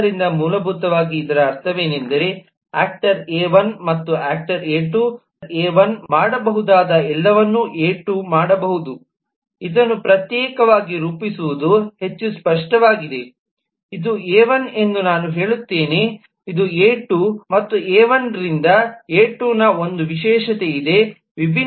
ಆದ್ದರಿಂದ ಮೂಲಭೂತವಾಗಿ ಇದರ ಅರ್ಥವೇನೆಂದರೆ ಆಕ್ಟರ್ ಎ 1 ಮತ್ತು ಆಕ್ಟರ್ ಎ2 ಎ1 ಮಾಡಬಹುದಾದ ಎಲ್ಲವನ್ನೂ ಎ2 ಮಾಡಬಹುದು ಇದನ್ನು ಪ್ರತ್ಯೇಕವಾಗಿ ರೂಪಿಸುವುದು ಹೆಚ್ಚು ಸ್ಪಷ್ಟವಾಗಿದೆ ಇದು ಎ 1 ಎಂದು ನಾನು ಹೇಳುತ್ತೇನೆ ಇದು ಎ 2 ಮತ್ತು ಎ 1 ರಿಂದ ಎ 2 ನ ಒಂದು ವಿಶೇಷತೆ ಇದೆ ವಿಭಿನ್ನ ಯೂಸ್ ಕೇಸ್ಗಳಲ್ಲಿ ನಾನು ಈ ಎರಡನ್ನು ಎ 1 ನೊಂದಿಗೆ ಸಂಯೋಜಿಸುತ್ತೇನೆ ಮತ್ತು ಈ ಎರಡನ್ನು ಎ 2 ನೊಂದಿಗೆ ಮಾತ್ರ ಸಂಯೋಜಿಸುತ್ತೇನೆ